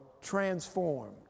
transformed